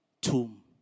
tomb